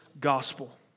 gospel